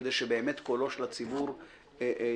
כדי שבאמת קולו של הציבור יישמע.